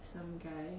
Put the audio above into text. some guy